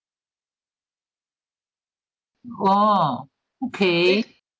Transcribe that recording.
oh okay